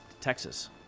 Texas